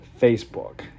Facebook